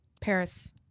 Paris